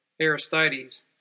Aristides